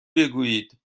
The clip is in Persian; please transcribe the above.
بگویید